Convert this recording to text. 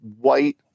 white